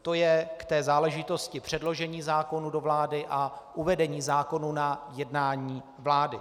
To je k té záležitosti předložení zákonů do vlády a uvedení zákonů na jednání vlády.